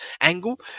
angle